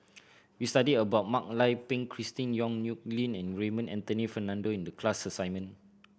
we studied about Mak Lai Peng Christine Yong Nyuk Lin and Raymond Anthony Fernando in the class assignment